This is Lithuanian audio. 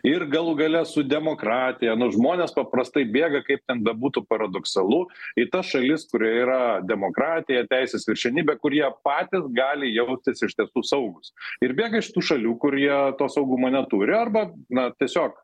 ir galų gale su demokratija nors žmonės paprastai bėga kaip ten bebūtų paradoksalu į tas šalis kurioje yra demokratija teisės viršenybė kur jie patys gali jaustis iš tiesų saugūs ir bėga iš tų šalių kur jie to saugumo neturi arba na tiesiog